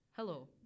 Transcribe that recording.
Hello